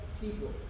people